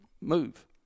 move